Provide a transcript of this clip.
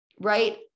right